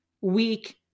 weak